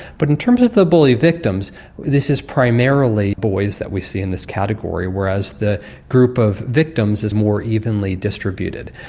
but in terms of the bully victims this is primarily boys that we see in this category, whereas the group of victims is more evenly distributed.